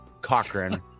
Cochran